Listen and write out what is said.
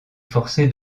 forcé